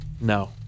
no